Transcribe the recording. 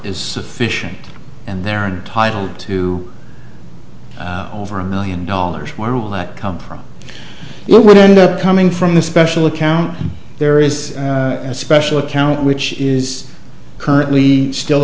is sufficient and they're entitled to over a million dollars for all that come from look what ended up coming from the special account there is a special account which is currently still